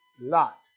Lot